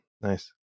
nice